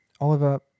Oliver